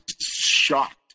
shocked